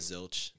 Zilch